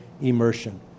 immersion